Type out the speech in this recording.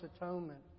atonement